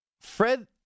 Fred